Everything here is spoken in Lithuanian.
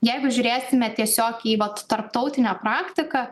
jeigu žiūrėsime tiesiog į vat tarptautinę praktiką